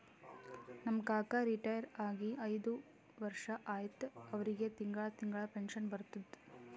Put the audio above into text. ನಮ್ ಕಾಕಾ ರಿಟೈರ್ ಆಗಿ ಐಯ್ದ ವರ್ಷ ಆಯ್ತ್ ಅವ್ರಿಗೆ ತಿಂಗಳಾ ತಿಂಗಳಾ ಪೆನ್ಷನ್ ಬರ್ತುದ್